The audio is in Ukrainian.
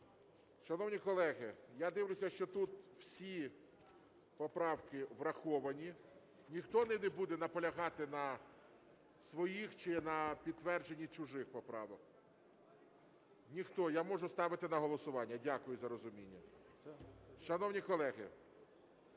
Шановні колеги, я дивлюся, що тут всі поправки враховані. Ніхто не буде наполягати на своїх, чи на підтвердженні чужих поправок? Ніхто. Я можу ставити на голосування. Дякую за розуміння.